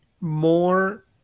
more